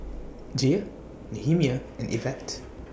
Gia Nehemiah and Evette